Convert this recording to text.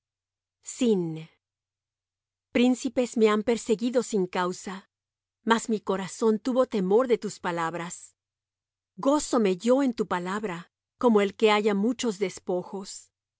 justicia príncipes me han perseguido sin causa mas mi corazón tuvo temor de tus palabras gózome yo en tu palabra como el que halla muchos despojos